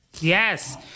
Yes